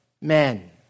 men